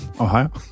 Ohio